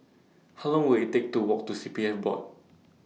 How Long Will IT Take to Walk to C P F Board